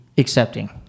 accepting